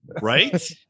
right